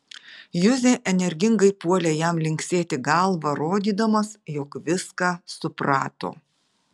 juzė energingai puolė jam linksėti galva rodydamas jog viską suprato